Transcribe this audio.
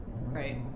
Right